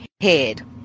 head